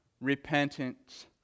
repentance